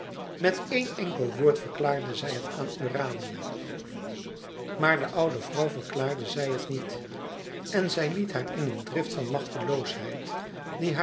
met een enkel woord verklaarde zij het aan urania maar de oude vrouw verklaarde zij het niet en zij liet haar in een drift van machteloosheid